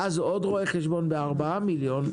ואז עוד רואה חשבון בארבעה מיליון,